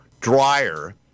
dryer